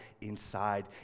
inside